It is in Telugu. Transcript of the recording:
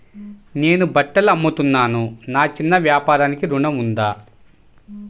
నేను బట్టలు అమ్ముతున్నాను, నా చిన్న వ్యాపారానికి ఋణం ఉందా?